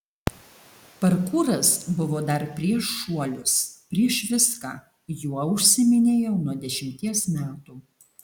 parkūras buvo dar prieš šuolius prieš viską juo užsiiminėjau nuo dešimties metų